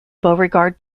beauregard